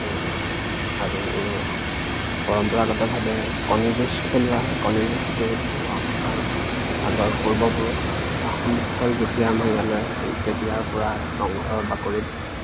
আৰু পৰম্পৰাগতভাৱে কণী যুঁজ খেলোৱা হয় কণী যুঁজটোতো আমাৰ আগৰ পূৰ্বপুৰুষ আহোমসকল যেতিয়া আমাৰ ইয়ালৈ আহিছিল তেতিয়াৰ পৰা ৰংঘৰৰ বাকৰিত